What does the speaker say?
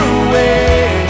away